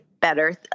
better